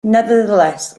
nevertheless